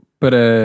para